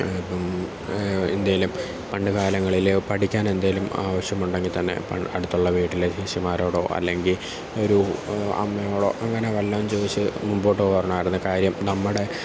ഇപ്പം എന്തെങ്കിലും പണ്ട് കാലങ്ങളിൽ പഠിക്കാനെന്തെങ്കിലും ആവശ്യമുണ്ടെങ്കിൽത്തന്നെ അടുത്തുള്ള വീട്ടിലെ ചേച്ചിമാരോടോ അല്ലെങ്കിൽ ഒരു അമ്മയോടോ അങ്ങനെ വല്ലതും ചോദിച്ച് മുൻപോട്ടു പോരണമായിരുന്നു കാര്യം നമ്മുടെ ഒരു